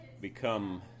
become